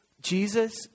Jesus